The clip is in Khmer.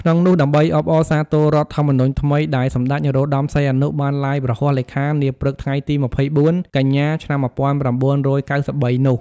ក្នុងនោះ ដើម្បីអបអរសាទររដ្ឋធម្មនុញ្ញថ្មីដែលសម្តេច នរោត្តម សីហនុ បានឡាយព្រះហស្តលេខានាព្រឹកថ្ងៃទី២៤ កញ្ញា ឆ្នាំ១៩៩៣ នោះ។